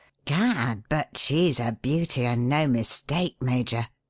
gad! but she's a beauty and no mistake, major,